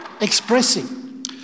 expressing